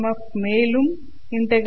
F மேலும் ∫E